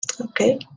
Okay